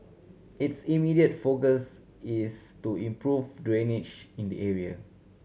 its immediate focus is to improve drainage in the area